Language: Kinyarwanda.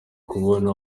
kubona